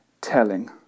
telling